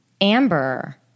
Amber